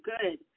good